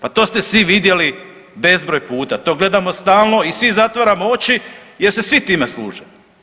Pa to ste svi vidjeli bezbroj puta, to gledamo stalno i svi zatvaramo oči jer se svi time služe.